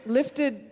lifted